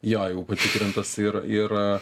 jo jau patikrintas ir ir